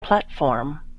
platform